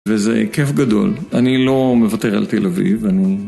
וזה כיף גדול, אני לא מוותר על תל אביב, אני...